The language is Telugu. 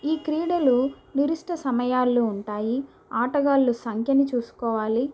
ఈ క్రీడలు నిరిష్ట సమయాల్లో ఉంటాయి ఆటగాళ్ళు సంఖ్యని చూసుకోవాలి